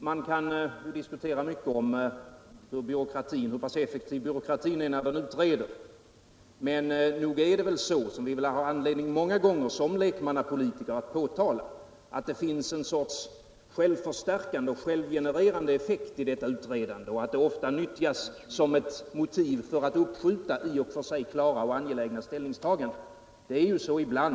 Man kan diskutera mycket om hur pass effektiv byråkratin är när den utreder, men nog finns det, som vi många gånger som lekmannapolitiker har anledning att påtala, en sorts självförstärkande och självgenererande effekt i detta utredande, och ofta nyttjas det som motiv för att uppskjuta i och för sig klara och angelägna ställningstaganden.